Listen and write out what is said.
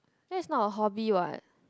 that's not a hobby what